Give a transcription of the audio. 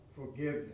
forgiveness